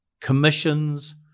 commissions